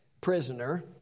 prisoner